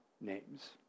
names